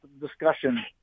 discussion